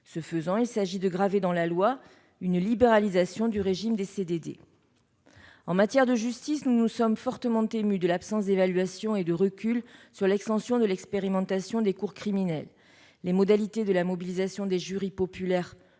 fragilisée. Il s'agit de graver dans la loi une libéralisation du régime des CDD. En matière de justice, nous nous sommes fortement émus de l'absence d'évaluation et de recul sur l'extension de l'expérimentation des cours criminelles. Les modalités de la mobilisation des jurys populaires-